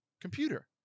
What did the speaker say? computer